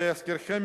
להזכירכם,